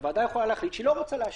הוועדה יכולה להחליט שהיא לא רוצה לאשר,